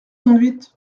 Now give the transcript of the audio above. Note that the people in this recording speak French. conduite